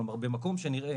כלומר במקום שנראה